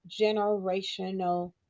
generational